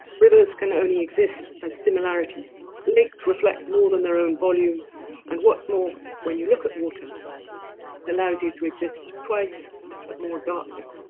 rivers can only exist as similarities licks reflect more than their own volume and what's more when you look at water it allows you to exist twice but more darkly